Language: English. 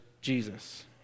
Jesus